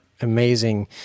amazing